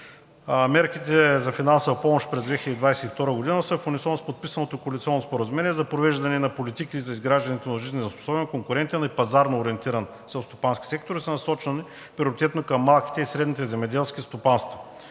Мерките за финансова помощ през 2022 г. са в унисон с подписаното коалиционно споразумение за провеждане на политики за изграждането на жизнеспособен, конкурентен и пазарно ориентиран селскостопански сектор и са насочвани приоритетно към малките и средните земеделски стопанства.